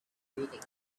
reading